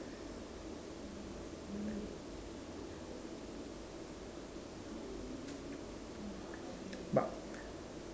but